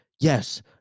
Yes